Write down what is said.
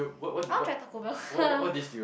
I want try Taco-Bell